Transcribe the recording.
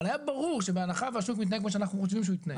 אבל היה ברור שבהנחה והשוק מתנהל כמו שאנחנו חושבים שהוא יתנהל.